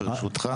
ברשותך.